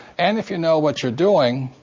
and if you know what you're doing,